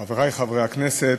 תודה רבה לך, חברי חברי הכנסת,